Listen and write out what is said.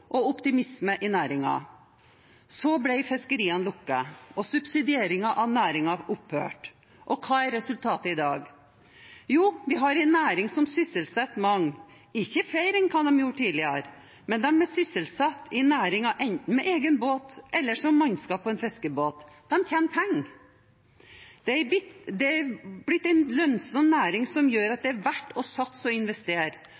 og optimisme i næringen. Så ble fiskeriene lukket, og subsidieringen av næringen opphørte. Og hva er resultatet i dag? Jo, vi har en næring som sysselsetter mange – ikke flere enn hva den gjorde tidligere, men de som er sysselsatt i næringen, enten med egen båt eller som mannskap på en fiskebåt, tjener penger. Det er blitt en lønnsom næring, som gjør at